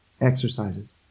exercises